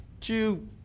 two